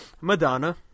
Madonna